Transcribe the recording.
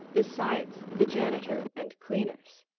besides the janitor and cleaners.